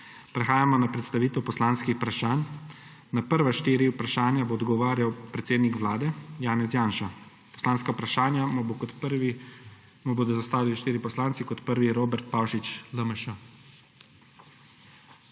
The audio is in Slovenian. Prehajamo na predstavitev poslanskih vprašanj. Na prva štiri vprašanja bo odgovarjal predsednik Vlade Janez Janša. Poslanska vprašanja mu bodo zastavili štirje poslanci, kot prvi Robert Pavšič, LMŠ.